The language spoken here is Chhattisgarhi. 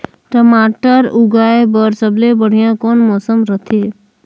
मटर उगाय बर सबले बढ़िया कौन मौसम रथे?